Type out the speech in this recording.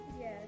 Yes